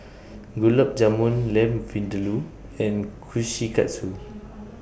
Gulab Jamun Lamb Vindaloo and Kushikatsu